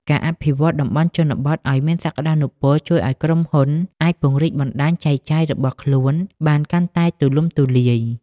ការអភិវឌ្ឍតំបន់ជនបទឱ្យមានសក្ដានុពល ជួយឱ្យក្រុមហ៊ុនអាចពង្រីកបណ្ដាញចែកចាយរបស់ខ្លួនបានកាន់តែទូលំទូលាយ។